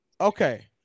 Okay